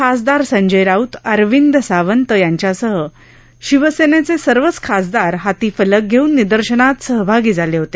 खासदार संजय राऊत अरविंद सावंत यांच्यासह शिवसेनेचे सर्वच खासदार हाती फलक घेऊन निदर्शनात सहभागी झाले होते